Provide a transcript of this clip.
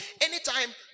anytime